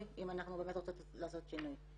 אם אנחנו באמת רוצות לעשות שינוי.